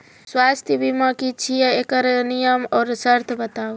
स्वास्थ्य बीमा की छियै? एकरऽ नियम आर सर्त बताऊ?